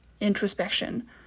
introspection